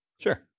sure